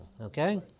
okay